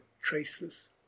traceless